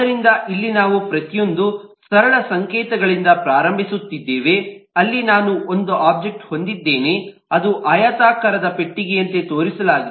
ಆದ್ದರಿಂದ ಇಲ್ಲಿ ನಾವು ಪ್ರತಿಯೊಂದು ಸರಳ ಸಂಕೇತಗಳಿಂದ ಪ್ರಾರಂಭಿಸುತ್ತಿದ್ದೇವೆ ಅಲ್ಲಿ ನಾನು ಒಂದು ಒಬ್ಜೆಕ್ಟ್ಅನ್ನು ಹೊಂದಿದ್ದೇನೆ ಅದು ಆಯತಾಕಾರದ ಪೆಟ್ಟಿಗೆಯಂತೆ ತೋರಿಸಲಾಗಿದೆ